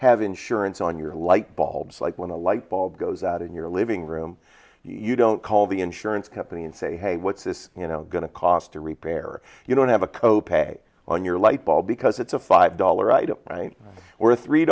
have insurance on your lightbulbs like when a lightbulb goes out in your living room you don't call the insurance company and say hey what's this you know going to cost to repair you don't have a co pay on your lightbulb because it's a five dollar item or a three